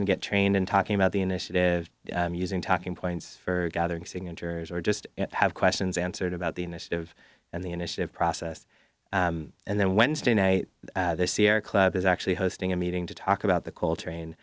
and get trained in talking about the initiative using talking points for gathering signatures or just have questions answered about the initiative and the initiative process and then wednesday night the sierra club is actually hosting a meeting to talk about the coal train